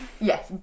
Yes